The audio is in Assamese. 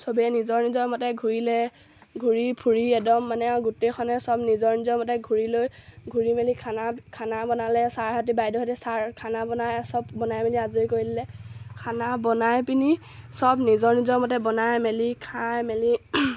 সবেই নিজৰ নিজৰ মতে ঘূৰিলে ঘূৰি ফুৰি একদম মানে আৰু গোটেইখনে সব নিজৰ নিজৰ মতে ঘূৰি লৈ ঘূৰি মেলি খানা খানা বনালে ছাৰহঁতে বাইদেউহঁতে ছাৰ খানা বনাই সব বনাই মেলি আজৰি কৰি দিলে খানা বনাই পিনি সব নিজৰ নিজৰ মতে বনাই মেলি খাই মেলি